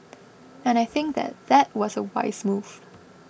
and I think that that was a wise move